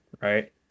right